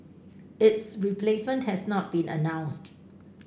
its replacement has not been announced